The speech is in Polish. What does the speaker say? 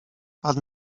pan